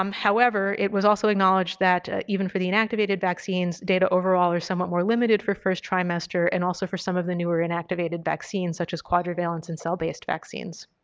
um however, it was also acknowledged that even for the inactivated vaccines data overall is somewhat more limited for first trimester and also for some of the newer inactivated vaccines, such as quadrivalent and cell based vaccines.